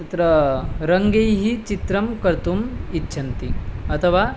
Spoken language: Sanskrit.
तत्र रङ्गैः चित्रं कर्तुम् इच्छन्ति अथवा